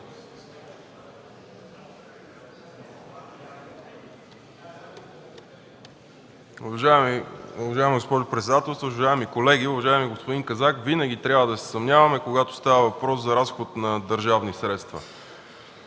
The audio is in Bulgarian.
уважаеми господин Казак! Винаги трябва да се съмняваме, когато става въпрос за разход на държавни средства.